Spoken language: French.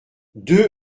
deux